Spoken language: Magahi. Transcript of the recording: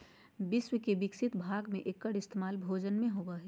विश्व के विकसित भाग में एकर इस्तेमाल भोजन में होबो हइ